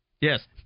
Yes